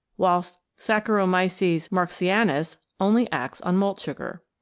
whilst saccharomyces marxi anus only acts on malt sugar.